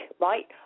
right